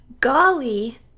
golly